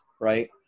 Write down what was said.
right